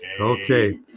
Okay